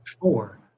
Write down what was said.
four